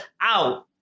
out